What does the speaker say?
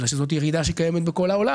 אבל זאת ירידה שקיימת בכל העולם.